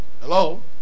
Hello